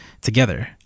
together